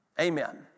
Amen